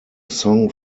song